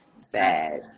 sad